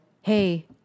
hey